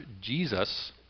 Jesus